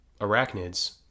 arachnids